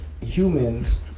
humans